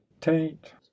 tain't